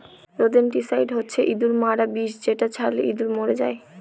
rodenticide হচ্ছে ইঁদুর মারার বিষ যেটা ছড়ালে ইঁদুর মরে যায়